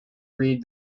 read